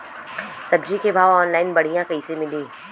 सब्जी के भाव ऑनलाइन बढ़ियां कइसे मिली?